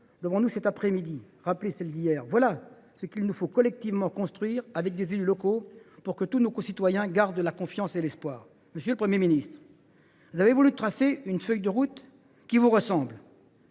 devant nous cet après midi. Voilà ce qu’il nous faut collectivement construire, avec les élus locaux, pour que nos concitoyens gardent confiance et espoir. Monsieur le Premier ministre, vous avez voulu tracer une feuille de route qui vous ressemble